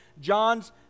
John's